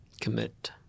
Commit